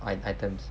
i~ items